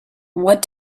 what